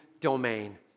domain